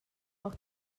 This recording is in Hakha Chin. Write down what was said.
awk